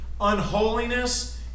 ...unholiness